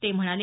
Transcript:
ते म्हणाले